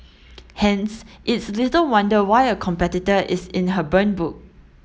hence it's little wonder why a competitor is in her burn book